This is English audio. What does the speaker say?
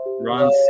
Ron